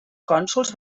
cònsols